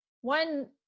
one